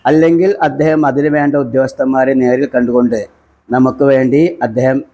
അല്ലെങ്കില് അദ്ദേഹം അതിനുവേണ്ട ഉദ്യോഗസ്ഥന്മാരെ നേരില് കണ്ടുകൊണ്ട് നമുക്ക് വേണ്ടി അദ്ദേഹം